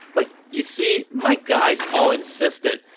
but you see, my guys all insisted,